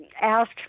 asked